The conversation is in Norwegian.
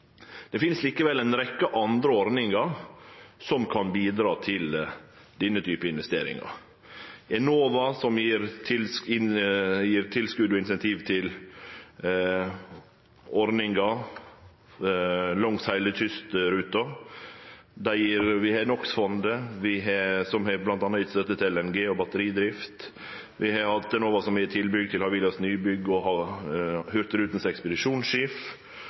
det. Det finst likevel ei rekkje andre ordningar som kan bidra til denne typen investeringar. Enova gjev tilskot og incentiv til ordningar langs heile kystruta. Vi har NO x -fondet, som bl.a. har gjeve støtte til LNG og batteridrift. Enova har gjeve tilskot til Havilas nybygg og Hurtigrutens ekspedisjonsskip, og Havila har